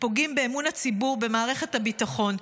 פוגעים באמון הציבור במערכת הביטחון.